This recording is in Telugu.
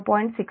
69